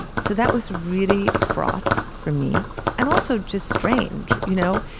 so that was really fraught for me and also just strange, you know.